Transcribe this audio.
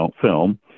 film